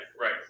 right